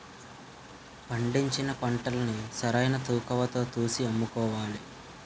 పండించిన పంటల్ని సరైన తూకవతో తూసి అమ్ముకోవాలి